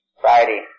Friday